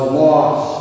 lost